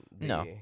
No